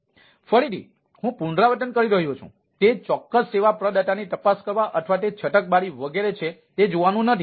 ફરીથી હું પુનરાવર્તન કરી રહ્યો છું તે ચોક્કસ સેવા પ્રદાતાની તપાસ કરવા અથવા તે છટકબારી વગેરે છે તે જોવાનું નથી